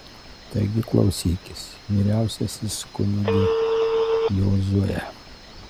taigi klausykis vyriausiasis kunige jozue